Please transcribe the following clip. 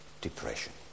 depression